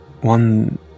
one